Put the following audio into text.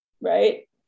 right